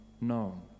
known